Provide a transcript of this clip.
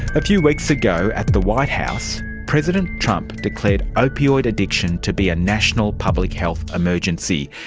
a few weeks ago at the white house, president trump declared opioid addiction to be a national public health emergency,